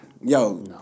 Yo